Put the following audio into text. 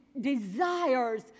desires